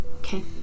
Okay